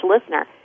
listener